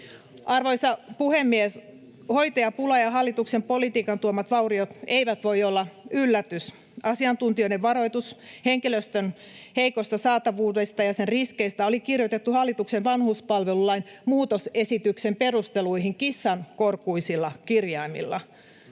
Arvoisa puhemies! Hoitajapula ja hallituksen politiikan tuomat vauriot eivät voi olla yllätys. Asiantuntijoiden varoitus henkilöstön heikosta saatavuudesta ja sen riskeistä oli kirjoitettu hallituksen vanhuspalvelulain muutosesityksen perusteluihin kissan korkuisilla kirjaimilla.